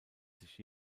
sich